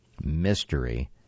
mystery